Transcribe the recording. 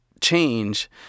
change